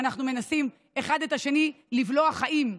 ואנחנו מנסים אחד את השני לבלוע חיים.